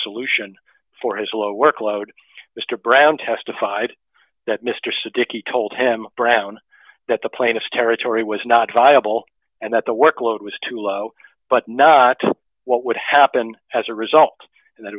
solution for his low workload mr brown testified that mr satirically told him brown that the plaintiff territory was not viable and that the workload was too low but not what would happen as a result and th